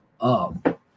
up